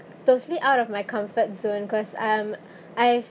totally out of my comfort zone cause I'm I